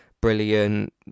brilliant